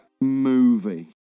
movie